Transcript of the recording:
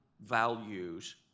values